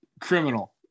criminal